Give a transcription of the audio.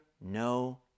no